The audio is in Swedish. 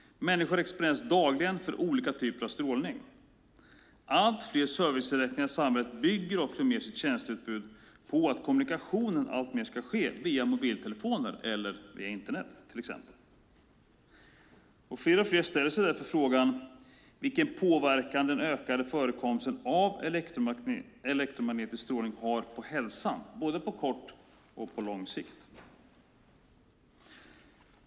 Människor exponeras dagligen för olika typer av strålning. Allt fler serviceinrättningar i samhället bygger sitt tjänsteutbud på att kommunikationen alltmer ska ske via mobiltelefoner eller via Internet. Fler och fler ställer sig därför frågan vilken påverkan den ökade förekomsten av elektromagnetisk strålning har på hälsan, både på kort och på lång sikt.